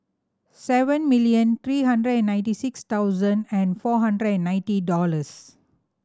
seven million three hundred and ninety six thousand and four hundred and ninety dollars